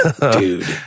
Dude